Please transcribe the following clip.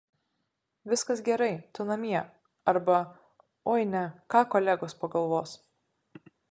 viskas gerai tu namie arba oi ne ką kolegos pagalvos